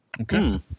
Okay